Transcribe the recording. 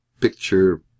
picture